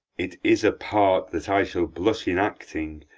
it is a part that i shall blush in acting,